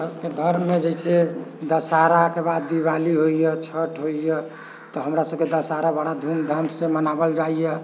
हमरा सभके धर्ममे जे छै दशहराके बाद दिवाली होइए छठ होइए तऽ हमरा सभके दशहरा बड़ा धूमधामसँ मनाओल जाइए